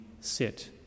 sit